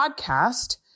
podcast